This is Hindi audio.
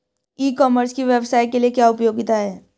ई कॉमर्स की व्यवसाय के लिए क्या उपयोगिता है?